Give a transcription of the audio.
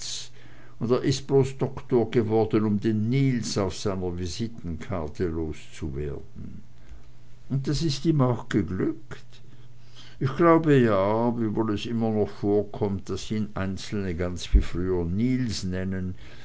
ist bloß doktor geworden um den niels auf seiner visitenkarte loszuwerden und das ist ihm auch geglückt ich glaube ja wiewohl es immer noch vorkommt daß ihn einzelne ganz wie früher niels nennen